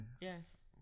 Yes